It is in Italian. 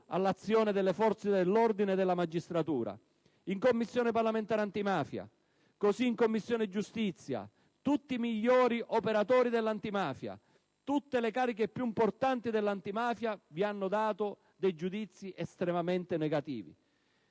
all'azione delle forze dell'ordine e della magistratura? In Commissione parlamentare antimafia, così come in Commissione giustizia, tutti i migliori operatori dell'antimafia, tutte le cariche più importanti dell'antimafia hanno espresso giudizi estremamente negativi.